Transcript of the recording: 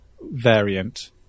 variant